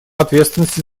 ответственности